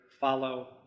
follow